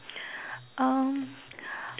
um